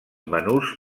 menús